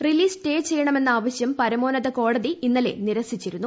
release stay ചെയ്യണമെന്ന ആവശ്യം പ്രെമോന്നത കോടതി ഇന്നലെ നിരസിച്ചിരുന്നു